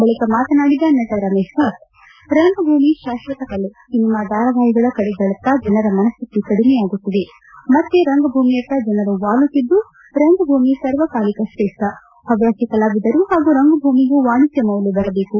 ಬಳಿಕ ಮಾತನಾಡಿದ ನಟ ರಮೇಶ್ ಭೆಟ್ ರಂಗಭೂಮಿ ಶಾಶ್ವತ ಕಲೆ ಸಿನಿಮಾ ಧಾರವಾಹಿಗಳ ಕಡೆಗೆಗಳತ್ತ ಜನರ ಮನಶ್ಠಿತಿ ಕಡಿಮೆಯಾಗುತ್ತಿದೆ ಮತ್ತೆ ರಂಗಭೂಮಿಯತ್ತ ಜನರು ವಾಲುತ್ತಿದ್ದು ರಂಗಭೂಮಿ ಸರ್ವಕಾಲಿಕಾಶ್ರೇಷ್ಠ ಹವ್ಯಾಸಿ ಕಲಾವಿದರು ಪಾಗೂ ರಂಗಭೂಮಿಗೂ ವಾಣಿಜ್ಯ ಮೌಲ್ಯ ಬರಬೇಕು